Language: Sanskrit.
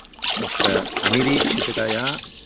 तत्र अनिरीक्षिततया